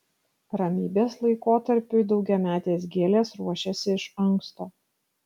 ramybės laikotarpiui daugiametės gėlės ruošiasi iš anksto